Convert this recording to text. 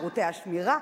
שירותי השמירה,